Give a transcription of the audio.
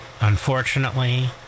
Unfortunately